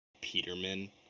Peterman